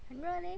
很热 leh